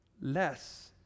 less